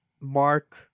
Mark